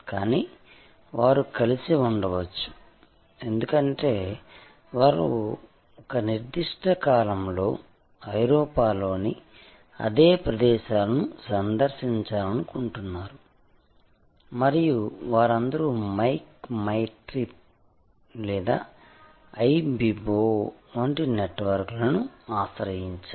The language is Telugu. కానీ వారు కలిసి ఉండవచ్చు ఎందుకంటే వారు ఒక నిర్దిష్ట కాలంలో ఐరోపాలోని అదే ప్రదేశాలను సందర్శించాలనుకుంటున్నారు మరియు వారందరూ "మేక్ మై ట్రిప్" లేదా "ఐబిబో" వంటి నెట్వర్క్ను ఆశ్రయించారు